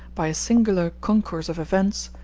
by a singular concourse of events,